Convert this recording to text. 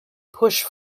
push